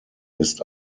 ist